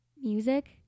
music